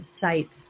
sites